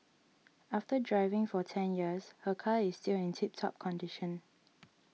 after driving for ten years her car is still in tip top condition